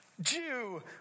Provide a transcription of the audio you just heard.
Jew